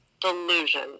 delusion